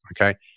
Okay